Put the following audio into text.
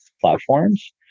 platforms